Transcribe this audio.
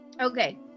okay